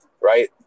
Right